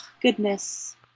goodness